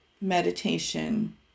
meditation